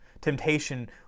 Temptation